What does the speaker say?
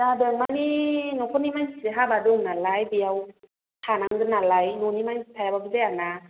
जादों मानि न'खरनि मानसिनि हाबा दं नालाय बेयाव थानांगोन नालाय न'नि मानसि थायाब्लाबो जायाना